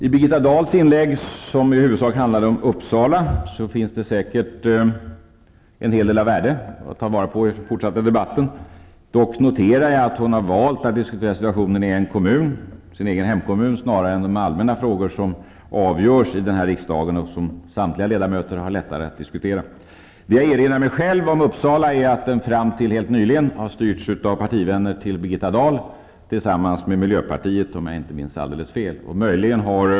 I Birgitta Dahls inlägg, som i huvudsak handlade om Uppsala, finns det säkert en hel del av värde att ta vara på i den fortsatta debatten. Hon har dock valt att diskutera situationen i en kommun, sin egen hemkommun, snarare än de allmänna frågor som avgörs i den här riksdagen och som samtliga ledamöter har lättare att diskutera. Det jag erinrar mig om Uppsala kommun är att den fram till helt nyligen har styrts av partikamrater till Birgitta Dahl tillsammans med miljöpartiet, om jag inte minns alldeles fel.